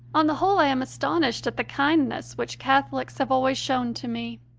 on the whole i am astonished at the kindness which catholics have always shown to me.